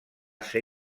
ser